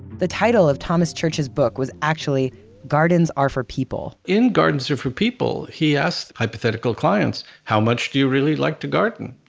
the title of thomas church's book was actually gardens are for people. in gardens are for people, he asked hypothetical clients, how much do you really like to garden.